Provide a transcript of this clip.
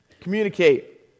Communicate